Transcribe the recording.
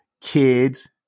kids